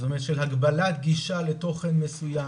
זאת אומרת של הגבלת גישה לתוכן מסוים,